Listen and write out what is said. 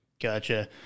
Gotcha